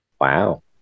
Wow